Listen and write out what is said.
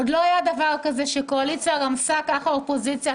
עוד לא היה דבר כזה שקואליציה רמסה ככה אופוזיציה.